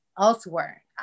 elsewhere